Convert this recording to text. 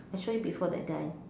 I show you before that guy